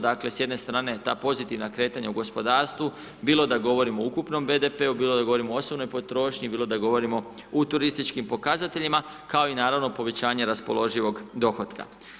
Dakle s jedne strane ta pozitivna kretanja u gospodarstvu, bilo da govorimo o ukupnom BDP-u, bilo da govorimo o osobnoj potrošnji, bilo da govorimo u turističkim pokazateljima kao i naravno povećanje raspoloživog dohotka.